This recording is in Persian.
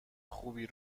خوبی